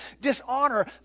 Dishonor